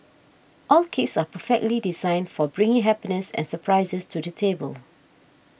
all cakes are perfectly designed for bringing happiness and surprises to the table